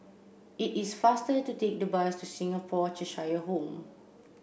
it is faster to take the bus to Singapore Cheshire Home